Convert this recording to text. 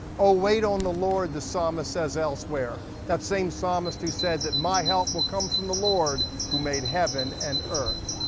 oh, wait on the lord, the psalmist says elsewhere. that same psalmist who said, my help will come from the lord who made heaven and earth.